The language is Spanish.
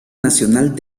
nacional